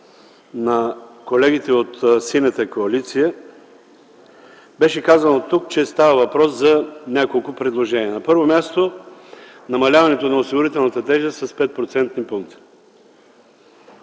на колегите от Синята коалиция, тук беше казано, че става въпрос за няколко предложения. На първо място, намаляване на осигурителната тежест с 5 процентни